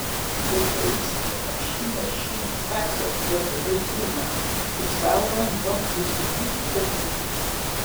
eucharistija malšina šį dvasios nuodų aitrumą ir saugo nuo būsimų įkandimų